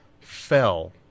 Fell